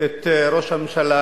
את ראש הממשלה